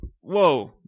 Whoa